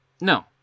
No